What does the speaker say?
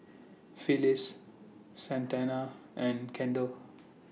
Phyllis Santana and Kendall